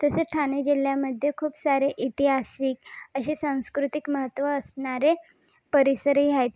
तसेच ठाणे जिल्ह्यामध्ये खूप सारे ऐतिहासिक असे सांस्कृतिक महत्त्व असणारे परिसरही आहेत